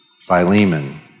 Philemon